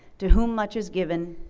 to whom much is given,